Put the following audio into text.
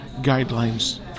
guidelines